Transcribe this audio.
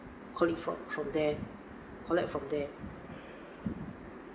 collect fr~ from there collect from there